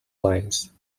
lines